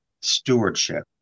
stewardship